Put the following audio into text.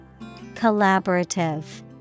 Collaborative